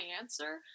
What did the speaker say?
answer